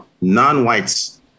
Non-whites